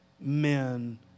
men